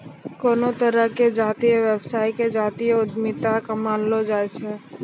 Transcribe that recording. कोनो तरहो के जातीय व्यवसाय के जातीय उद्यमिता मानलो जाय छै